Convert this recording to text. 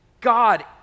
God